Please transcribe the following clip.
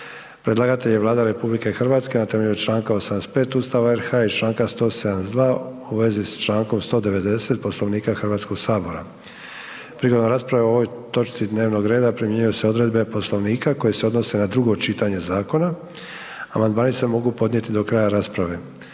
Predlagatelj je Vlada RH na temelju čl. 85. Ustava RH i čl. 172. u vezi s čl. 190. Poslovnika HS. Prigodom rasprave o ovoj točci dnevnog reda primjenjuju se odredbe Poslovnika koje se odnose na drugo čitanje zakona. Amandmani se mogu podnijeti do kraja rasprave.